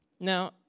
Now